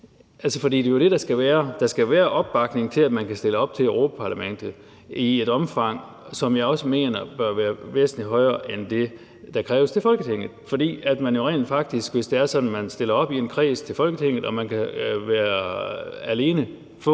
Der skal være opbakning til, at man kan stille op til Europa-Parlamentet, i et omfang, som jeg også mener bør være væsentlig højere end det, der kræves til Folketinget. Hvis det er sådan, at man i en kreds stiller op til Folketinget, kan man alene